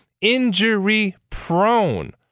injury-prone